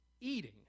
eating